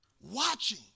watching